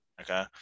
Okay